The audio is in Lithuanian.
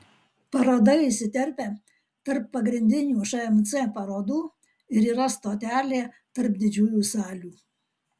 paroda įsiterpia tarp pagrindinių šmc parodų ir yra stotelė tarp didžiųjų salių